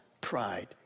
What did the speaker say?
pride